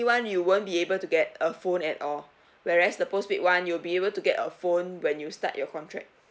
[one] you won't be able to get a phone at all whereas the postpaid [one] you'll be able to get a phone when you start your contract